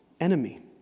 enemy